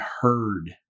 heard